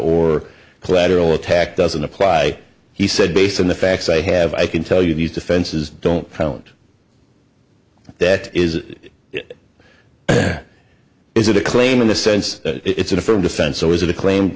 or collateral attack doesn't apply he said based on the facts i have i can tell you these defenses don't count that is that is a claim in the sense that it's a firm defense or is it a claim